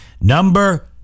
Number